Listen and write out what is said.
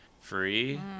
free